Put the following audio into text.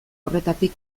horretatik